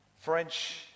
French